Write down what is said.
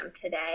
today